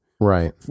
Right